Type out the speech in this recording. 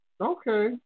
Okay